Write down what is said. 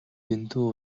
дэндүү